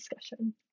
discussion